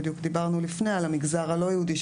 על המגזר הלא יהודי,